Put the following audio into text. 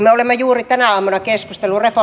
me olemme juuri tänä aamuna keskustelleet